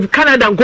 Canada